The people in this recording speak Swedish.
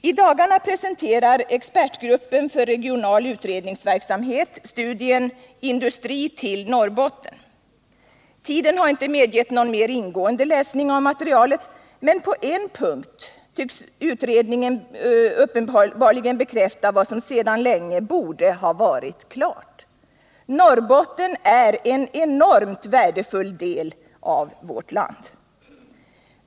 I dagarna presenterade expertgruppen för regional utredningsverksamhet studien Industri till Norrbotten. Tiden har inte medgivit någon mer ingående läsning av materialet, men på en punkt tycks utredningen uppenbarligen bekräfta vad som sedan länge borde ha varit helt klart: Norrbotten är en enormt värdefull del av vårt land.